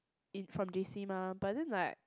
in from J_C mah but then like